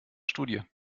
studie